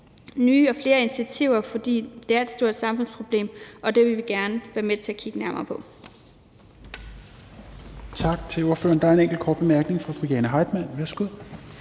nye og flere initiativer, fordi det er et stort samfundsproblem, og det vil vi gerne være med til at kigge nærmere på.